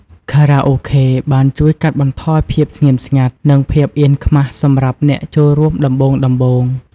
ខារ៉ាអូខេបានជួយកាត់បន្ថយភាពស្ងៀមស្ងាត់ និងភាពអៀនខ្មាសសម្រាប់អ្នកចូលរួមដំបូងៗ។